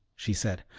she said,